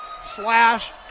Slash